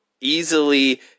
easily